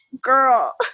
girl